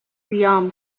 قیام